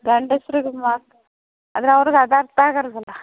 ಗಂಡಸ್ರಿಗೆ ಮಾತ್ ಆದರೆ ಅವ್ರ್ಗೆ ಅದು ಅರ್ಥ ಆಗಲ್ಲವಲ್ಲ